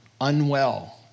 unwell